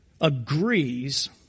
agrees